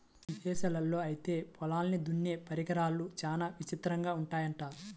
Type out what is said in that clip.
ఇదేశాల్లో ఐతే పొలాల్ని దున్నే పరికరాలు చానా విచిత్రంగా ఉంటయ్యంట